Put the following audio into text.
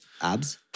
Abs